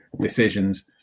decisions